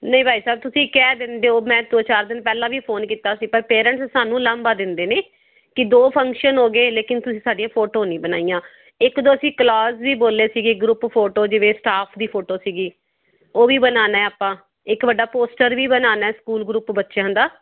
ਨਹੀਂ ਭਾਈ ਸਾਹਿਬ ਤੁਸੀਂ ਕਹਿ ਦਿੰਦੇ ਹੋ ਮੈਂ ਦੋ ਚਾਰ ਦਿਨ ਪਹਿਲਾਂ ਵੀ ਫੋਨ ਕੀਤਾ ਸੀ ਪਰ ਪੇਰੈਂਟਸ ਸਾਨੂੰ ਉਲਾਂਭਾ ਦਿੰਦੇ ਨੇ ਕਿ ਦੋ ਫੰਕਸ਼ਨ ਹੋ ਗਏ ਲੇਕਿਨ ਤੁਸੀਂ ਸਾਡੀਆਂ ਫੋਟੋ ਨਹੀਂ ਬਣਾਈਆਂ ਇੱਕ ਦੋ ਅਸੀਂ ਕਲਾਜ਼ ਵੀ ਬੋਲੇ ਸੀਗੇ ਗਰੁੱਪ ਫੋਟੋ ਜਿਵੇਂ ਸਫਾਟ ਦੀ ਫੋਟੋ ਸੀਗੀ ਉਹ ਵੀ ਬਣਾਉਣਾ ਆਪਾਂ ਇੱਕ ਵੱਡਾ ਪੋਸਟਰ ਵੀ ਬਣਾਉਣਾ ਸਕੂਲ ਗਰੁੱਪ ਬੱਚਿਆਂ ਦਾ